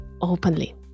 openly